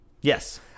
Yes